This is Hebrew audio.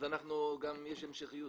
יש המשכיות.